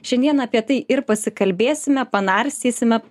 šiandien apie tai ir pasikalbėsime panarstysime